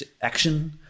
action